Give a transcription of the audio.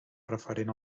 referent